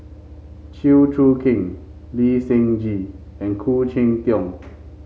Chew Choo Keng Lee Seng Gee and Khoo Cheng Tiong